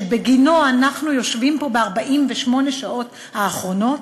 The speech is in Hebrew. שבגינו אנחנו יושבים פה ב-48 השעות האחרונות?